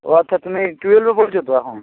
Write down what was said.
ও আচ্ছা তুমি টুয়েলভে পড়ছো তো এখন